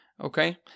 okay